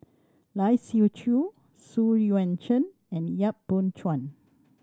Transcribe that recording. Lai Siu Chiu Xu Yuan Zhen and Yap Boon Chuan